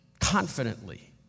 confidently